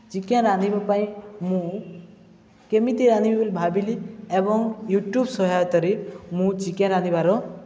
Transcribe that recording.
chicken ରାନ୍ଧିବା ପାଇଁ ମୁଁ କେମିତି ରାନ୍ଧିବି ବୋଲି ଭାବିଲି ଏବଂ ୟୁଟ୍ୟୁବ୍ ସହାୟତରେ ମୁଁ ଚିକେନ୍ ରାନ୍ଧିବାର